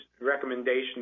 recommendation